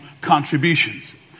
contributions